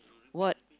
what